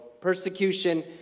Persecution